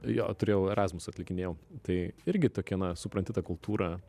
jo turėjau erazmus atlikinėjau tai irgi tokia na supranti ta kultūra